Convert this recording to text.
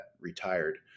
retired